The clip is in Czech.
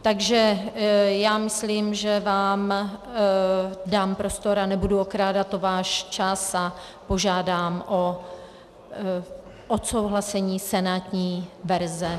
Takže já myslím, že vám dám prostor a nebudu okrádat o váš čas a požádám o odsouhlasení senátní verze.